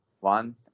one